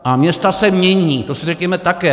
A města se mění, to si řekněme také.